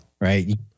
Right